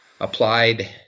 applied